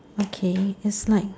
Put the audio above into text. okay just right